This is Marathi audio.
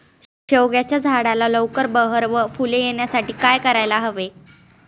शेवग्याच्या झाडाला लवकर बहर व फूले येण्यासाठी काय करायला हवे?